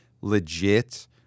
legit